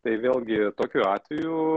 tai vėlgi tokiu atveju